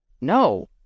No